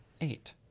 eight